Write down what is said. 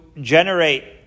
generate